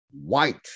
white